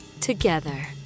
together